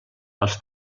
els